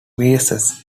measles